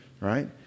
right